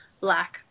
black